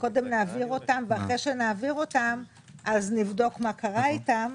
שקודם נעביר אותם ואז נבדוק מה קרה איתם,